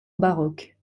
baroque